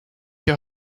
your